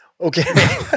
Okay